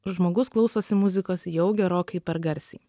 žmogus klausosi muzikos jau gerokai per garsiai